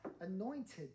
anointed